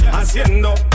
haciendo